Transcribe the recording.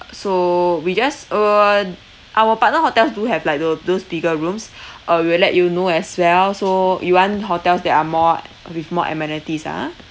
so we just uh our partner hotels do have like tho~ those bigger rooms uh we will let you know as well so you want hotels that are more with more amenities lah ah